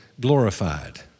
glorified